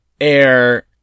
air